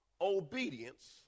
Obedience